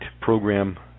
program